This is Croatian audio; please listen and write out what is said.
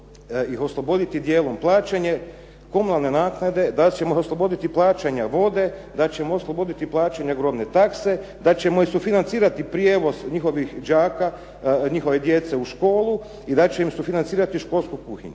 da ćemo ih osloboditi dijela plaćanja komunalne naknade, da ćemo osloboditi plaćanja vode, da ćemo osloboditi plaćanja grobne takse, da ćemo sufinancirati prijevoz njihov đaka, njihove djece u školu i da ćemo sufinancirati školsku kuhinju.